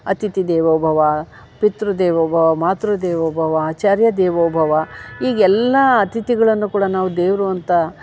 ಅತಿಥಿ ದೇವೋಭವ ಪಿತೃ ದೇವೋಭವ ಮಾತೃ ದೇವೋಭವ ಆಚಾರ್ಯ ದೇವೋಭವ ಈಗ ಎಲ್ಲಾ ಅತಿಥಿಗಳನ್ನು ಕೂಡ ನಾವು ದೇವರು ಅಂತ